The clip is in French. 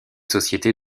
sociétés